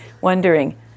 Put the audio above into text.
wondering